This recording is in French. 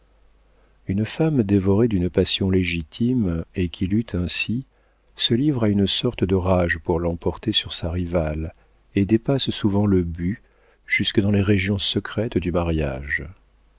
une femme dévorée d'une passion légitime et qui lutte ainsi se livre à une sorte de rage pour l'emporter sur sa rivale et dépasse souvent le but jusque dans les régions secrètes du mariage